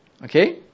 Okay